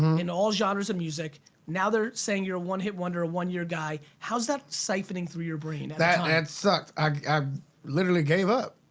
in all genres of music now they're saying you're a one-hit wonder, a one-year guy, how's that siphoning through your brain? that and sucked. i literally gave up,